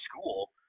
school